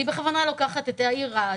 אני בכוונה לוקחת את העיר רהט,